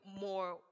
more